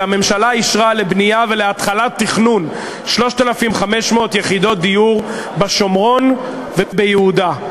שהממשלה אישרה לבנייה ולהתחלת תכנון 3,500 יחידות דיור בשומרון וביהודה,